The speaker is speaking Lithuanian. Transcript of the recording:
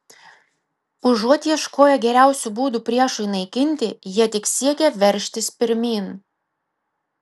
užuot ieškoję geriausių būdų priešui naikinti jie tik siekė veržtis pirmyn